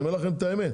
אני אומר לכם את האמת.